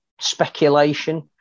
speculation